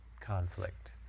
conflict